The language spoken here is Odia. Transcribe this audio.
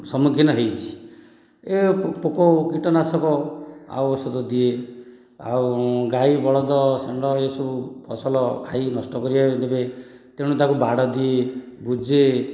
ସମ୍ମୁଖୀନ ହୋଇଛି ଏ ପୋକ କୀଟନାଶକ ଆଉ ଔଷଧ ଦିଏ ଆଉ ଗାଈ ବଳଦ ଷଣ୍ଢ ଏହିସବୁ ଫସଲ ଖାଇ ନଷ୍ଟ କରିବା ଦେବେ ତେଣୁ ତାକୁ ବାଡ଼ ଦିଏ ବୁଜେ